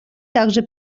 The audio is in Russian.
также